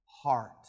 Heart